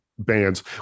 bands